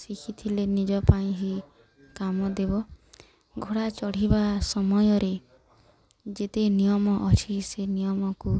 ଶିଖିଥିଲେ ନିଜ ପାଇଁ ହିଁ କାମ ଦେବ ଘୋଡ଼ା ଚଢ଼ିବା ସମୟରେ ଯେତେ ନିୟମ ଅଛି ସେ ନିୟମକୁ